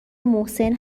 محسن